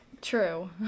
True